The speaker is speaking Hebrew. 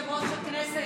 יושב-ראש הכנסת,